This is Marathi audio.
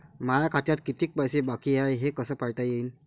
माया खात्यात कितीक पैसे बाकी हाय हे कस पायता येईन?